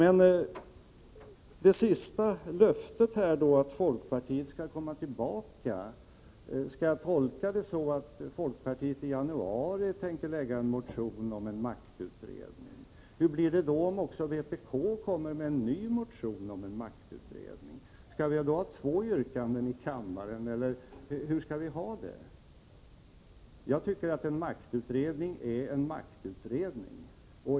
Vad sedan gäller löftet om att folkpartiet skall komma tillbaka vill jag fråga: Skall jag tolka det så att folkpartiet i januari tänker lägga fram en motion om en maktutredning? Hur blir det då om också vpk lägger fram en ny motion om en sådan utredning? Skall vi ha två yrkanden i kammaren eller hur skall vi ha det? Jag tycker att en maktutredning är en maktutredning.